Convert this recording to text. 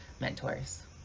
mentors